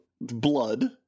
blood